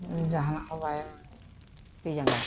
ᱡᱟᱦᱟᱸᱱᱟᱜ ᱵᱟᱭ ᱛᱤ ᱡᱟᱸᱜᱟᱣᱟᱜ ᱠᱟᱱᱟ